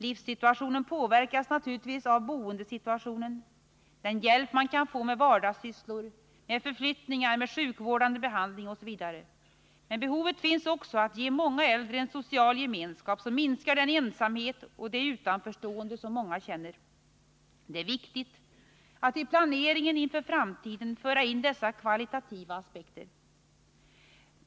Livssituationen påverkas naturligtvis av boendesituationen, den hjälp man kan få med vardagssysslor, med förflyttningar, med sjukvårdande behandling osv. Men behovet finns också att ge många äldre en social gemenskap som minskar den ensamhet och det utanförstående som många känner. Det är viktigt att vid planeringen inför framtiden föra in dessa kvalitativa aspekter.